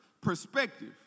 perspective